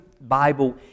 Bible